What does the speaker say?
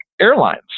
airlines